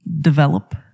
develop